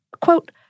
Quote